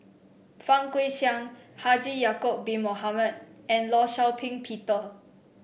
Fang Guixiang Haji Ya'acob Bin Mohamed and Law Shau Ping Peter